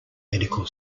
medical